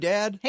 Dad